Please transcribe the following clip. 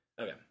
Okay